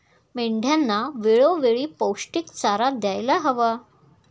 मेंढ्यांना वेळोवेळी पौष्टिक चारा द्यायला हवा